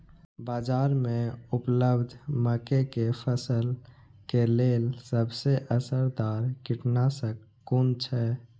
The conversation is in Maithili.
बाज़ार में उपलब्ध मके के फसल के लेल सबसे असरदार कीटनाशक कुन छै?